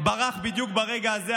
ברח בדיוק ברגע הזה,